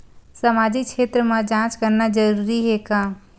सामाजिक क्षेत्र म जांच करना जरूरी हे का?